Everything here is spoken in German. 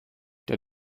der